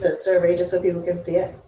but survey just so people can see ah